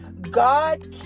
God